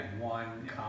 one